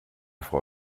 frau